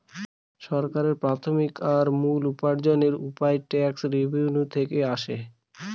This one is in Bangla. সরকারের প্রাথমিক আর মূল উপার্জনের উপায় ট্যাক্স রেভেনিউ থেকে আসে